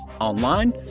online